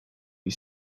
you